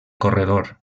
corredor